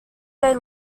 day